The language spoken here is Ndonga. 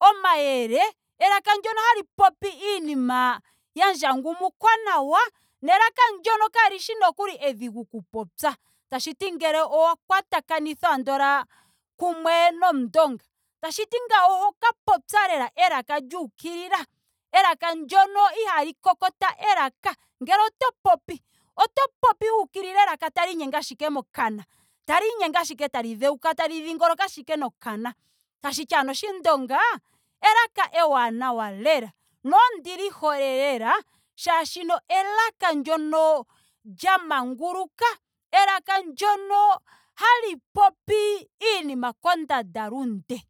omayele. elaka ndyono hali popi iinima ya ndjangumukwa nawa. nelaka ndyono nookuli lyaaheshi edhiigu oku popya. Tashiti ngele owa kwatakanitha andola kuwe nomundonga. tashi ngawo oho ka popya lela elaka lyuukilila. elaka ndyono ihaali kokota elaka. ngele oto popi. oto popi elaka lyuukilila ashike tali inyenge ashike mokana. tali inyenge ashike tali dheuka. tali dhingoloka ashike nokana. tashiti ano oshindonga elaka ewanawa lela. nondili hole lela shaashini elaka ndyono lya manguluka. elaka ndyono hali popi iinima kondanda lunde